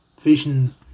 vision